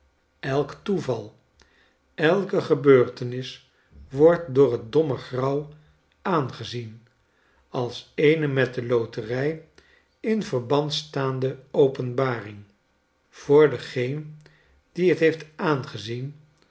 elk toeval elke gebeurtenis wordt door het domme grauw aangezien als eene met de loterij in verband staande openbaring voor dengeen die t heeft aangezien